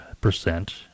percent